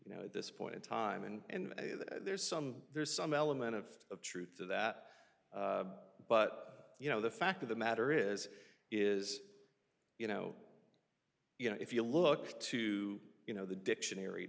you know at this point in time and there's some there's some element of truth to that but you know the fact of the matter is is you know you know if you look to you know the dictionary